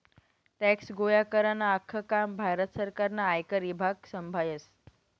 tax गोया करानं आख्खं काम भारत सरकारनं आयकर ईभाग संभायस